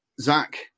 Zach